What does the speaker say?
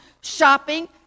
shopping